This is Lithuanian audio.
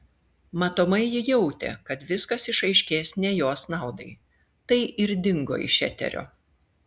matomai ji jautė kad viskas išaiškės ne jos naudai tai ir dingo iš eterio